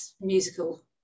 musical